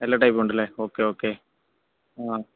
എല്ലാ ടൈപ്പും ഉണ്ടല്ലേ ഓക്കേ ഓക്കേ ആ